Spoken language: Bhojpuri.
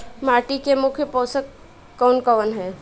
माटी में मुख्य पोषक कवन कवन ह?